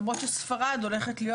למרות שספרד הולכת להיות